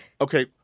Okay